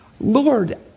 Lord